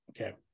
Okay